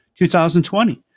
2020